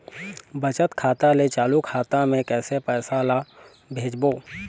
बचत खाता ले चालू खाता मे कैसे पैसा ला भेजबो?